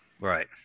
Right